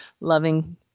loving